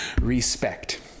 respect